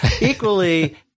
Equally